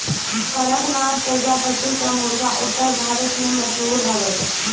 कड़कनाथ प्रजाति कअ मुर्गा उत्तर भारत में मशहूर हवे